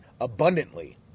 abundantly